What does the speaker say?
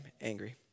angry